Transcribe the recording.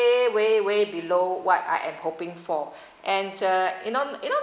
way way way below what I am hoping for and uh you know you know